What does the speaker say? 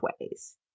ways